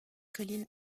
colline